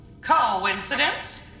Coincidence